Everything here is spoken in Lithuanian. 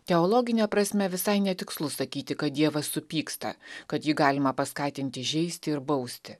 teologine prasme visai netikslu sakyti kad dievas supyksta kad jį galima paskatinti žeisti ir bausti